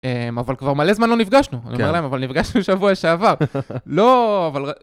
אבל כבר מלא זמן לא נפגשנו, אני אומר להם, אבל נפגשנו שבוע שעבר, לא, אבל...